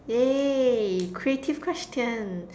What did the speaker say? yeah creative question